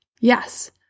Yes